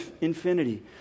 infinity